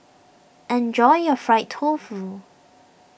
enjoy your Fried Tofu